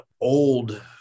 old